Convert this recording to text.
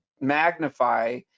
magnify